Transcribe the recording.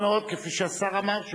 ייתכן מאוד,